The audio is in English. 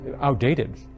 outdated